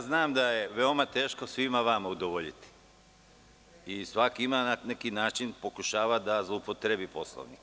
Znam da je veoma teško svima vama udovoljiti i svako na neki način pokušava da zloupotrebi Poslovnik.